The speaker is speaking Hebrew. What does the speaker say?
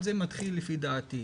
לדעתי זה מתחיל מכאן.